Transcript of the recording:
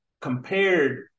compared